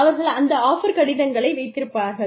அவர்கள் அந்த ஆஃபர் கடிதங்களை வைத்திருப்பார்கள்